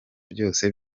byose